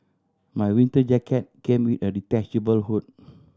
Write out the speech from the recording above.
my winter jacket came with a detachable hood